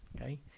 okay